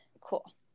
cool